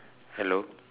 hello